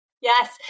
Yes